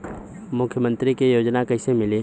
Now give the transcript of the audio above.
मुख्यमंत्री के योजना कइसे मिली?